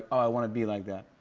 i want to be like that?